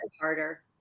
harder